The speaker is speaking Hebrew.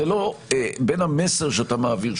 בין המסר שאתה מעביר,